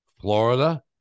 Florida